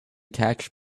catch